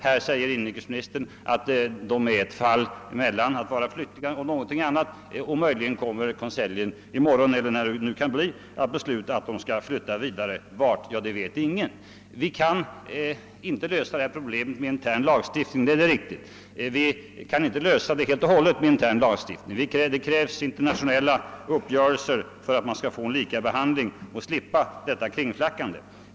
Här säger inrikesministern att de faller mellan flyktingar och något annat; möjligen kommer regeringen i konselj i morgon, eller när det kan bli, att bestämma att de skall flytta vidare — vart vet ingen. Vi kan inte helt lösa detta problem genom intern lagstiftning — det krävs internationella uppgörelser för att man skall få till stånd likartad behandling, så att vederbörande slipper detta kringflackande.